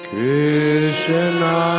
Krishna